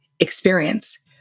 experience